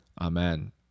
Amen